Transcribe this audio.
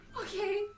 Okay